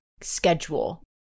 schedule